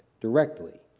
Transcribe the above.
directly